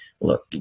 Look